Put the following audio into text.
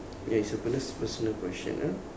ya it's a bonus personal question ah